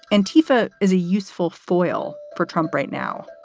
and tifa is a useful foil for trump right now.